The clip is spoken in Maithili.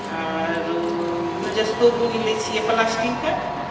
आरू गुलदस्तो बुनी लै छियै प्लास्टिकके